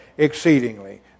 exceedingly